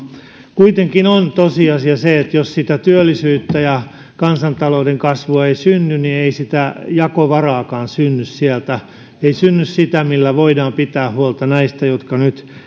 kuitenkin on tosiasia se että jos työllisyyttä ja kansantalouden kasvua ei synny niin ei sitä jakovaraakaan synny ei synny sitä millä voidaan pitää huolta näistä jotka nyt